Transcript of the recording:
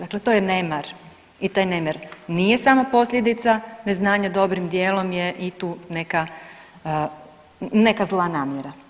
Dakle, to je nemar i taj nemar nije samo posljedica neznanja dobrim dijelom je i tu neka, neka zla namjera.